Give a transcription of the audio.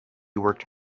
worked